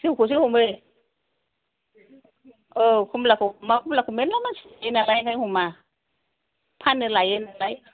जौखौसो हमो औ खमलाखौ हमा खमलाखौ मेल्ला मानसि लाबोयो नालाय बेनिखायनो हमा फाननो लायो नालाय